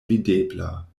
videbla